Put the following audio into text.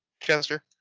Chester